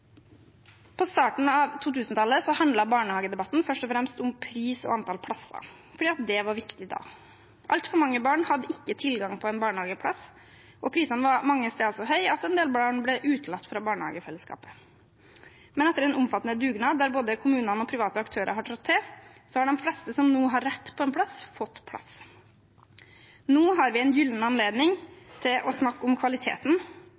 På starten av 2000-tallet handlet barnehagedebatten først og fremst om pris og antall plasser, fordi det var viktig da. Altfor mange barn hadde ikke tilgang på barnehageplass, og prisene var mange steder så høy at en del barn ble utelatt fra barnehagefellesskapet. Men etter en omfattende dugnad der både kommunene og private aktører har trådt til, har de fleste som nå har rett på plass, fått plass. Nå har vi en gyllen anledning til å snakke om kvaliteten.